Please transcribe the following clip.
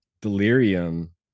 delirium